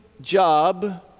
job